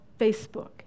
Facebook